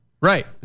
Right